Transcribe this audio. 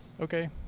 okay